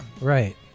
Right